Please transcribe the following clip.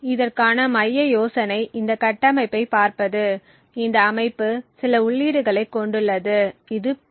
இதற்கான மைய யோசனை இந்த கட்டமைப்பைப் பார்ப்பது இந்த அமைப்பு சில உள்ளீடுகளைக் கொண்டுள்ளது இது P